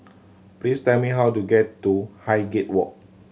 please tell me how to get to Highgate Walk